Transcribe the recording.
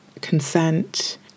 consent